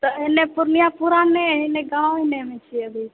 तऽ एने पूर्णिया पूरा नहि गाँव एनेमऽ छियै अभी